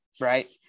Right